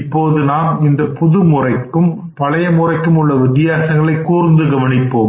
இப்போது நாம் இந்த புது முறைக்கும் பழைய முறைக்கும் உள்ள வித்தியாசங்களை கூர்ந்து கவனிப்போம்